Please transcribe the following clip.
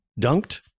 dunked